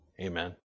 Amen